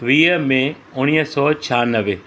वीह मे उणिवीह सौ छयानवे